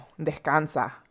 descansa